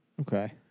Okay